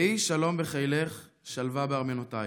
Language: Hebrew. יהי שלום בחילך, שלוה בארמונותיך.